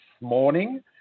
morning